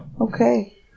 Okay